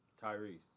Tyrese